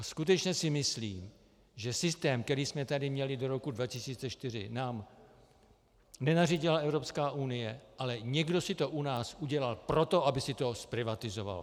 Skutečně si myslím, že systém, který jsme tady měli do roku 2004, nám nenařídila Evropská unie, ale někdo si to u nás udělal proto, aby se to zprivatizovalo.